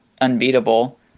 unbeatable